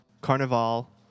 Carnival